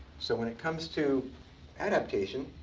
so when it comes to adaptation,